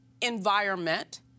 environment